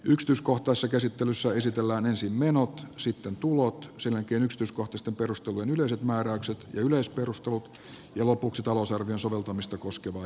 yksityiskohtaisessa käsittelyssä esitellään ensin menot sitten tulot sen jälkeen yksityiskohtaisten perustelujen yleiset määräykset ja yleisperustelut ja lopuksi talousarvion soveltamista koskeva ehdotus